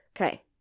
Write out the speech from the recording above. Okay